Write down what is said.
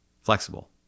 flexible